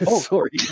Sorry